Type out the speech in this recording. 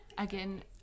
Again